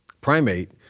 primate